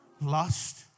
lust